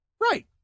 right